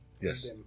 Yes